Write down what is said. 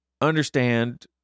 understand